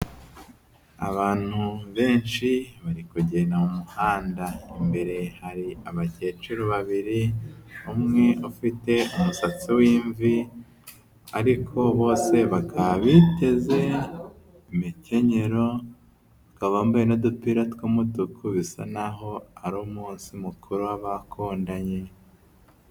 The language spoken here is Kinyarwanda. Abantu benshi bari kugenda mu muhanda, imbere hari abakecuru babiri, umwe ufite umusatsi w'imvi ariko bose bakaba biteze imekenyero, bakaba bambaye n'udupira tw'umutuku bisa naho ari umunsi mukuru w'abakundanye.